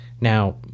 now